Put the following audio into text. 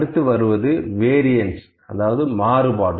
அடுத்து வருவது வேரீஅந்ஸ மாறுபாடு